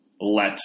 let